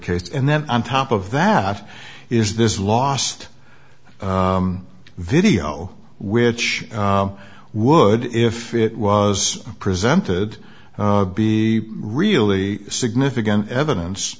case and then on top of that is this last video which would if it was presented be really significant evidence